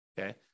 okay